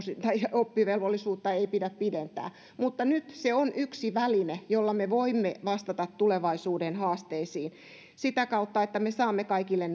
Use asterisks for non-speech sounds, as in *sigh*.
oppivelvollisuutta ei pidä pidentää mutta nyt se on yksi väline jolla me voimme vastata tulevaisuuden haasteisiin sitä kautta että me saamme kaikille *unintelligible*